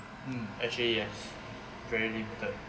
mm actually yes very limited